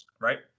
right